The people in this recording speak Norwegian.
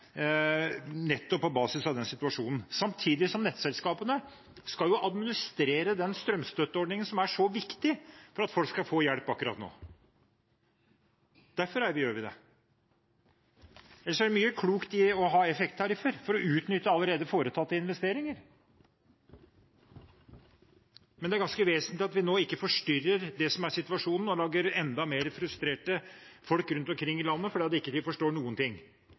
nettopp på basis av den situasjonen. Samtidig skal nettselskapene administrere den strømstøtteordningen som er så viktig for at folk skal få hjelp akkurat nå. Derfor gjør vi det. Ellers er det mye klokt i å ha effekttariffer for å utnytte allerede foretatte investeringer, men det er ganske vesentlig at vi nå ikke forstyrrer det som er situasjonen, og gjør folk rundt omkring i landet enda mer frustrerte fordi de ikke forstår noen ting